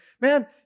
man